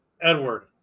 Edward